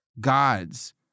gods